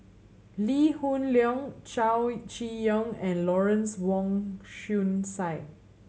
Lee Hoon Leong Chow Chee Yong and Lawrence Wong Shyun Tsai